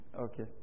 Okay